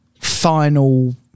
final